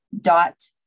dot